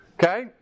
Okay